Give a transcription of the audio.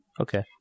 Okay